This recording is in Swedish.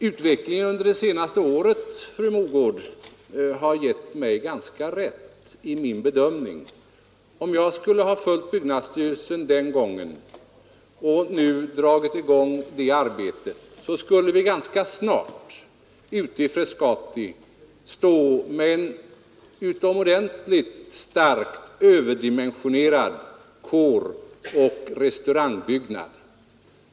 Utvecklingen under det senaste året, fru Mogård, har gett mig ganska rätt i min bedömning. Om jag skulle ha följt byggnadsstyrelsen vid det tillfället och nu dragit i gång detta arbete, så skulle vi ganska snart ute i Frescati stå med en utomordentligt starkt överdimensionerad kåroch restaurangbyggnad.